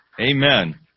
amen